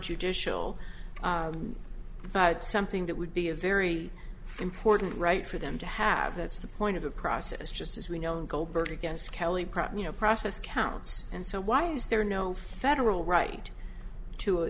judicial but something that would be a very important right for them to have that's the point of a process just as we know goldberg against kelly price you know process counts and so why is there no federal right t